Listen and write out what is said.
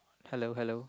hello hello